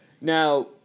Now